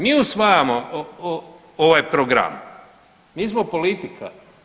Mi usvajamo ovaj program, mi zbog politika.